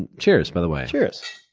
and cheers, by the way. cheers.